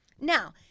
Now